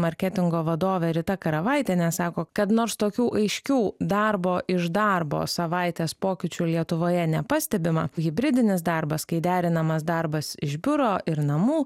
marketingo vadovė rita karavaitienė sako kad nors tokių aiškių darbo iš darbo savaitės pokyčių lietuvoje nepastebima hibridinis darbas kai derinamas darbas iš biuro ir namų